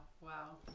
Wow